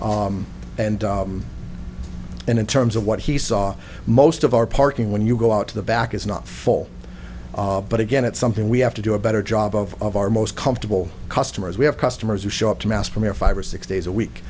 then in terms of what he saw most of our parking when you go out to the back is not full but again it's something we have to do a better job of of our most comfortable customers we have customers who show up to mass from here five or six days a